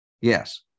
Yes